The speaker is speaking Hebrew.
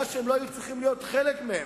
שהם לא היו צריכים להיות חלק ממנה?